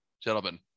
gentlemen